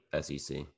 SEC